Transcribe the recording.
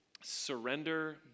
surrender